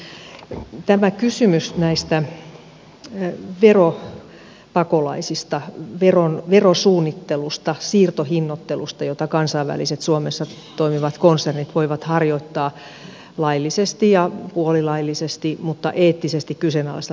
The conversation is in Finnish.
siis tämä kysymys näistä veropakolaisista verosuunnittelusta siirtohinnoittelusta jota kansainväliset suomessa toimivat konsernit voivat harjoittaa laillisesti ja puolilaillisesti mutta eettisesti kyseenalaisella tavalla